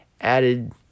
added